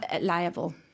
liable